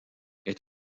est